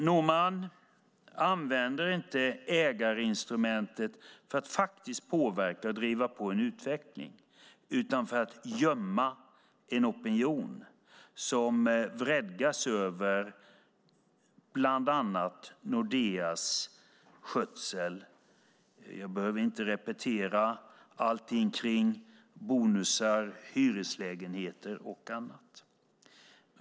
Norman använder ägarinstrumentet inte för att faktiskt påverka och driva på en utveckling utan för att gömma en opinion som vredgas över bland annat Nordeas skötsel. Jag behöver inte repetera allting kring bonusar, hyreslägenheter och annat.